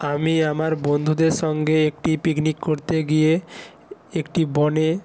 আমি আমার বন্ধুদের সঙ্গে একটি পিকনিক করতে গিয়ে একটি বনে